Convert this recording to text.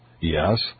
Yes